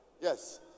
Yes